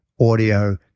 audio